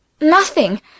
Nothing